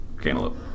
Cantaloupe